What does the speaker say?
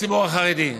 לציבור החרדי.